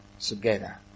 together